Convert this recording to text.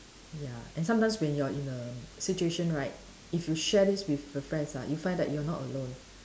ya and sometimes when you are in a situation right if you share this with a friends ah you'll find that you are not alone